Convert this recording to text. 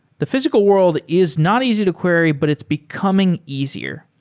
the physical world is not easy to query but it's becoming easier.